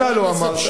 אתה לא אמרת,